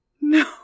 No